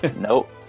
Nope